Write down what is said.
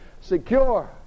secure